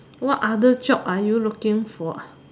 what other job are you looking for